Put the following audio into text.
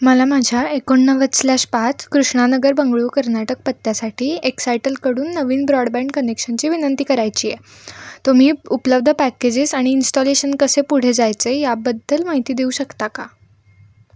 मला माझ्या एकोणनव्वद स्लॅश पाच कृष्णानगर बंगळूर कर्नाटक पत्त्यासाठी एक्सायटलकडून नवीन ब्रॉडबँड कनेक्शनची विनंती करायची आहे तुम्ही उपलब्ध पॅकेजेस आणि इन्स्टॉलेशन कसे पुढे जायचे याबद्दल माहिती देऊ शकता का